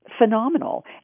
phenomenal